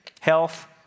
health